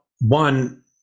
one